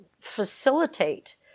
facilitate